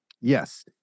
yes